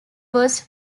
was